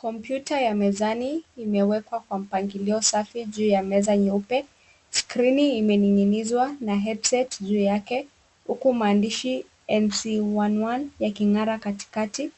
Kompyuta ya mezani imewekwa kwa mpangilio safi juu ya meza nyeupe, skrini imening'inizwa na headset juu yake huku maandishi NC11 yaking'ara katikati.